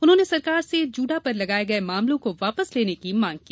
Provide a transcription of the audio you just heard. उन्होंने सरकार से जूडा पर लगाये गये मामलों को वापस लेने की मांग की